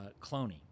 cloning